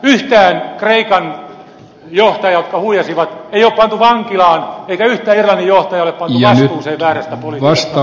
yhtään kreikan johtajaa jotka huijasivat ei ole pantu vankilaan eikä yhtään irlannin johtajaa ole pantu vastuuseen väärästä politiikasta